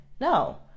no